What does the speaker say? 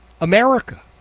America